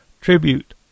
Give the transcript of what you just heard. Tribute